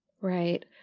Right